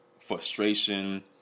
frustration